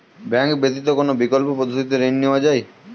Bank ব্যতিত কোন বিকল্প পদ্ধতিতে ঋণ নেওয়া যায়?